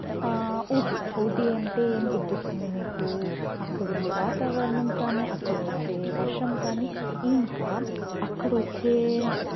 ఊటీ ఊటీ అంటే ఏం గుర్తొస్తుంది మీకు అక్కడ ఉండే వాతావరణం కానీ అక్కడ వచ్చే వర్షం కానీ ఇంకా అక్కడ వచ్చే